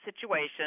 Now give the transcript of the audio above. situation